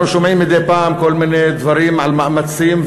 אנחנו שומעים מדי פעם כל מיני דברים על מאמצים,